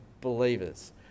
believers